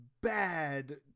bad